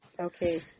Okay